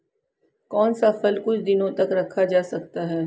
कौन सा फल कुछ दिनों तक रखा जा सकता है?